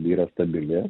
yra stabili